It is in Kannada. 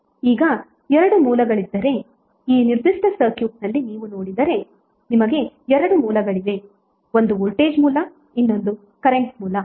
ಈಗ 2 ಮೂಲಗಳಿದ್ದರೆ ಈ ನಿರ್ದಿಷ್ಟ ಸರ್ಕ್ಯೂಟ್ನಲ್ಲಿ ನೀವು ನೋಡಿದರೆ ನಿಮಗೆ 2 ಮೂಲಗಳಿವೆ ಒಂದು ವೋಲ್ಟೇಜ್ ಮೂಲ ಇನ್ನೊಂದು ಕರೆಂಟ್ ಮೂಲ